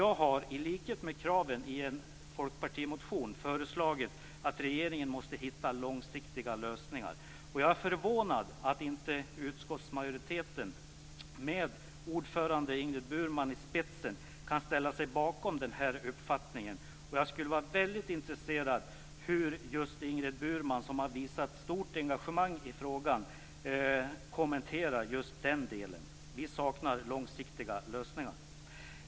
Jag har, i likhet med kraven i en folkpartimotion, föreslagit att regeringen måste hitta långsiktiga lösningar. Jag är förvånad att inte utskottsmajoriteten, med ordförande Ingrid Burman i spetsen, kan ställa sig bakom denna uppfattning. Jag skulle vara väldigt intresserad av hur just Ingrid Burman, som har visat stort engagemang i frågan, kommenterar just den delen.